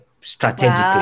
strategically